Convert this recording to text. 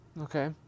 Okay